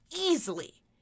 easily